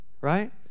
right